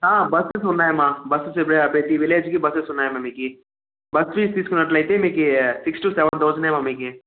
buses ఉన్నాయమ్మ buses ఇప్పుడు ప్రతి విలేజ్కి బస్సెస్ ఉన్నాయమ్మ మీకు బస్ ఫీజ్ తీసుకున్నట్లయితే మీకు సిక్స్ టు సెవెన్ థౌజండే అమ్మ మీకు